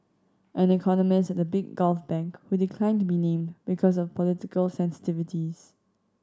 an economist at a big Gulf bank who declined to be named because of political sensitivities